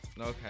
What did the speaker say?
Okay